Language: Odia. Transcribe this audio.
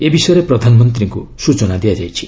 ଏ ବିଷୟରେ ପ୍ରଧାନମନ୍ତ୍ରୀଙ୍କୁ ସୂଚନା ଦିଆଯାଇଛି